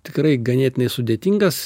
tikrai ganėtinai sudėtingas